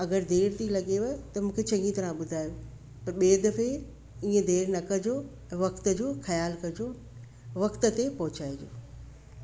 अगरि देरि थी लॻेव त मूंखे चङी तरह ॿुधायो पर ॿिए दफ़े इएं देरि न कॼो वक़्त जो ख़यालु कॼो वक़्त ते पहुचाए जो